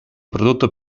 prodotto